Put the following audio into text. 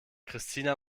christina